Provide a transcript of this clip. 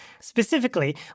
Specifically